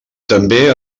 també